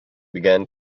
began